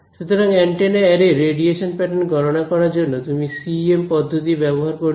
সুতরাং antenna array র radiation pattern গণনা করার জন্য তুমি সিইএম পদ্ধতি ব্যবহার করবে